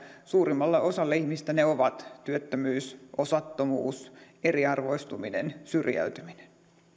suurimmalle osalle ihmisistä ne ovat työttömyys osattomuus eriarvoistuminen syrjäytyminen